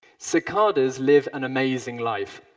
cicadas live an amazing life.